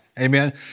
Amen